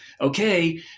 okay